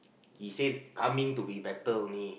he say coming to be better only